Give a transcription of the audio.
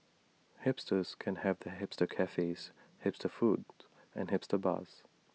hipsters can have their hipster cafes hipster foods and hipster bars